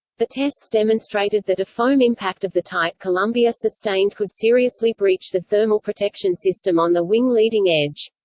the tests demonstrated that a foam impact of the type columbia sustained could seriously breach the thermal protection system on the wing leading edge.